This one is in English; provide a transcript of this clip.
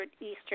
Eastern